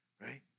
right